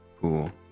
cool